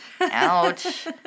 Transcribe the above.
Ouch